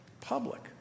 public